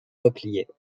replier